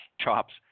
chops